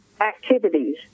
activities